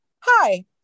Hi